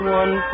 one